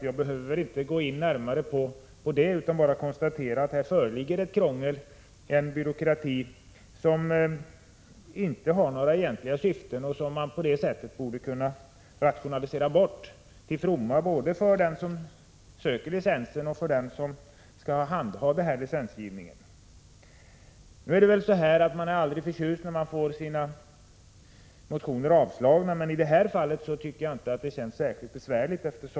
Jag behöver därför inte gå närmare in på förhållandena utan kan bara konstatera att här föreligger ett krångel och en byråkrati som inte har några egentliga syften och som man därför borde kunna rationalisera bort till fromma för både den som söker licens och den som skall handha licensgivningen. Man är väl aldrig förtjust när man får sina motioner avslagna, men i detta fall känns det inte särskilt besvärligt.